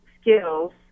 skills